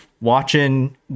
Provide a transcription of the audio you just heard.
watching